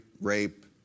rape